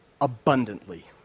abundantly